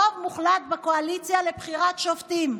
רוב מוחלט לקואליציה בבחירת שופטים.